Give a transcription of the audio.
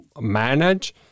manage